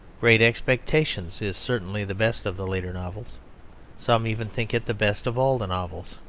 great expectations is certainly the best of the later novels some even think it the best of all the novels.